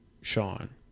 Sean